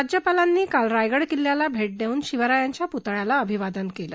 राज्यपालांनी काल रायगड किल्ल्याला भेट देऊन शिवरायांच्या पुतळ्याला अभिवादन केलं